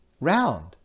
round